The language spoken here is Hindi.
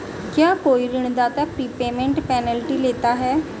क्या कोई ऋणदाता प्रीपेमेंट पेनल्टी लेता है?